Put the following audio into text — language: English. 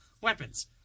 weapons